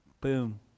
Boom